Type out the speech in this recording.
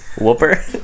Whooper